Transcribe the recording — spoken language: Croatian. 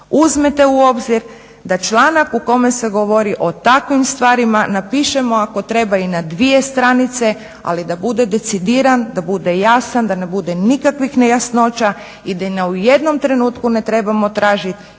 uzmete u obzir da članak u kome se govori o takvim stvarima napišemo ako treba i na dvije stranice ali da bude decidiran, da bude jasan, da ne bude nikakvih nejasnoća i da u ni jednom trenutku ne trebamo tražiti